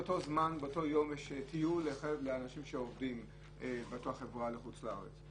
באותו יום יש טיול לאנשים שעובדים באותה חברה לחוץ לארץ,